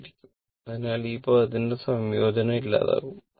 ആയിരിക്കും അതിനാൽ ഈ പദത്തിന്റെ സംയോജനം ഇല്ലാതാകും